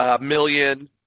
million